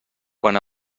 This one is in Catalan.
quan